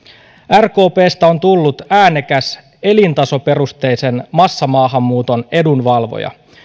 rkpstä on tullut äänekäs elintasoperusteisen massamaahanmuuton edunvalvoja